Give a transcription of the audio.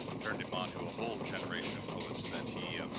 turned him onto a whole generation of poets that he